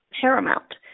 paramount